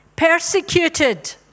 Persecuted